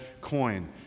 coin